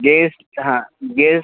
guest हां guess